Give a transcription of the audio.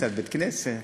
קצת בית-כנסת.